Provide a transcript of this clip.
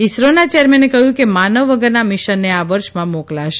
ઇસરોના ચેરમેને કહ્યું કે માનવ વગરના મિશનને આ વર્ષમાં મોકલાશે